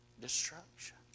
destruction